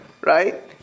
right